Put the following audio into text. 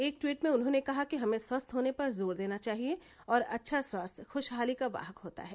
एक ट्वीट में उन्होंने कहा कि हमें स्वस्थ होने पर जोर देना चाहिए और अच्छा स्वास्थ्य ख्शहाली का वाहक होता है